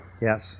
Yes